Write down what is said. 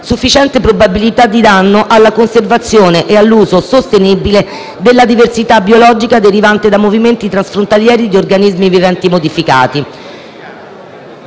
sufficiente probabilità di danno alla conservazione e all'uso sostenibile della diversità biologica derivante da movimenti transfrontalieri di organismi viventi modificati.